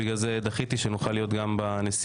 חשוב להגיד את זה, כי זה חלק מההערות שיש לנו.